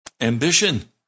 ambition